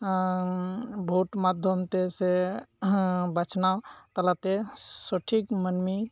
ᱵᱷᱳᱴ ᱢᱟᱫᱽᱫᱷᱚᱢ ᱛᱮ ᱥᱮ ᱵᱟᱪᱷᱱᱟᱣᱛᱟᱞᱟᱛᱮ ᱥᱚᱴᱷᱤᱠ ᱢᱟᱹᱱᱢᱤ